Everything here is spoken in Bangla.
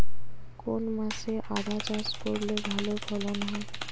কোন মাসে আদা চাষ করলে ভালো ফলন হয়?